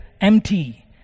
empty